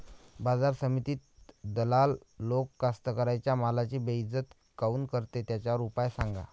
बाजार समितीत दलाल लोक कास्ताकाराच्या मालाची बेइज्जती काऊन करते? त्याच्यावर उपाव सांगा